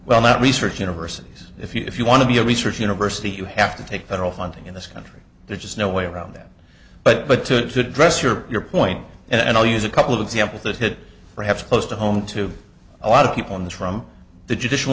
well that research universities if you if you want to be a research university you have to take that all funding in this country there's just no way around that but but to the dresser your point and i'll use a couple of examples that hit perhaps close to home to a lot of people on this from the judicial